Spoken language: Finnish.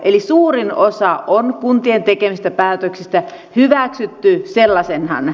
eli suurin osa kuntien tekemistä päätöksistä on hyväksytty sellaisenaan